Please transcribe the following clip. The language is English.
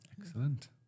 Excellent